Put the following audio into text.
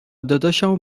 داداشم